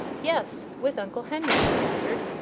yes with uncle henry, she answered.